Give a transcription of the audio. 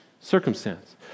circumstance